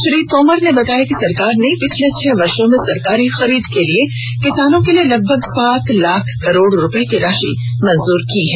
श्री तोमर ने बताया कि सरकार ने पिछले छह वर्षो में सरकारी खरीद के लिए किसानों के लिए लगभग सात लाख करोड रुपये की राशि मंजूरी की है